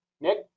Nick